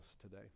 today